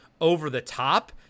over-the-top